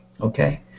okay